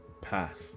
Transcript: path